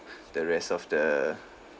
the rest of the